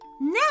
Now